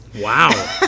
wow